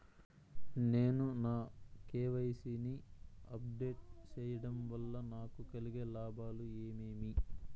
నేను నా కె.వై.సి ని అప్ డేట్ సేయడం వల్ల నాకు కలిగే లాభాలు ఏమేమీ?